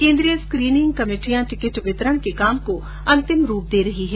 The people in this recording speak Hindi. केन्द्रीय स्क्रीनिंग कमेटियां टिकिट वितरण के काम को अंतिम रूप दे रही है